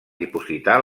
dipositar